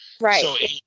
Right